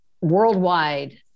worldwide